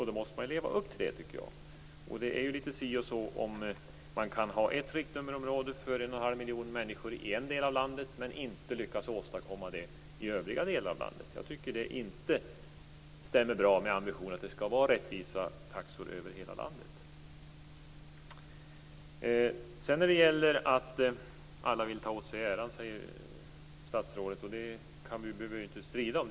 Då måste man ju leva upp till det, tycker jag. Det är litet si och så med det om man kan ha ett riktnummerområde för en och en halv miljon människor i en del av landet men inte lyckas åstadkomma det i övriga delar av landet. Jag tycker inte att det stämmer bra med ambitionen att det skall vara rättvisa taxor över hela landet. Alla vill ta åt sig äran, säger statsrådet. Det behöver vi ju inte strida om.